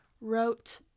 wrote